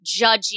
judgy